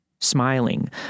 smiling